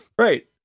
right